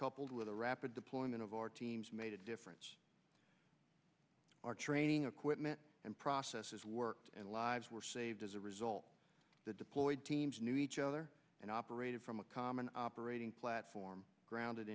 coupled with the rapid deployment of our teams made a difference our training equipment and processes worked and lives were saved as a result the deployed teams knew each other and operated from a common operating platform grounded